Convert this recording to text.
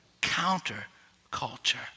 counter-culture